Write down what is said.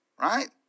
Right